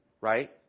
Right